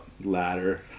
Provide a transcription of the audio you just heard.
Ladder